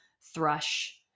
thrush